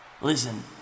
Listen